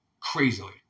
crazily